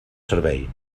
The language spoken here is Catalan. servei